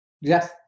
Yes